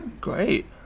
Great